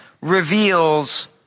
reveals